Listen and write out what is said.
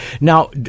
Now